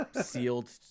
sealed